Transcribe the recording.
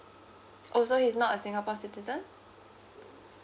oh so he's not a singapore citizen